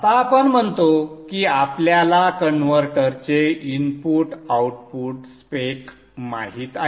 आता आपण म्हणतो की आपल्याला कन्व्हर्टरचे इनपुट आउटपुट स्पेक माहित आहे